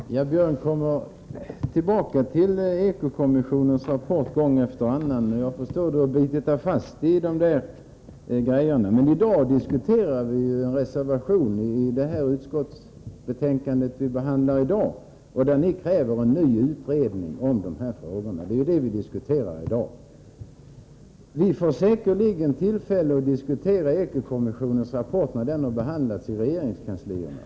Fru talman! Björn Körlof kommer tillbaka till Eko-kommissionens rapport gång efter annan. Ni har bitit er fast i de där sakerna. Men i dag diskuterar vi justitieutskottets betänkande nr 21, där ni i en reservation krävt en ny utredning om de här frågorna. Vi får säkerligen tillfälle att diskutera Eko-kommissionens rapport när den har behandlats i regeringskansliet.